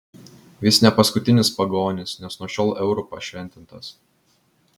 vis ne paskutinis pagonis nes nuo šiol euru pašventintas